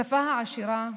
השפה העשירה,